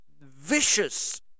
vicious